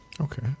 Okay